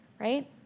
right